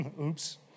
Oops